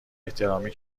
احترامی